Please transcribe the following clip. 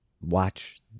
watch